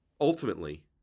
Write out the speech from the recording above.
ultimately